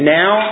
now